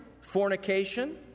fornication